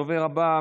הדוברת הבאה,